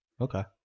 okay